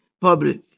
public